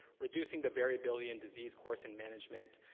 reducing the variability in disease course and management,